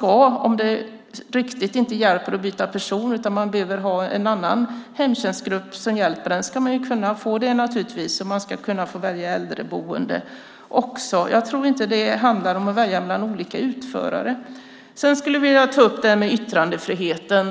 Om det inte hjälper att byta person ska man kunna få en annan hemtjänstgrupp som hjälper en. Man ska kunna få välja äldreboende också. Jag tror inte att det handlar om att välja mellan olika utförare. Sedan skulle jag vilja ta upp detta med yttrandefriheten.